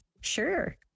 Sure